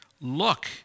Look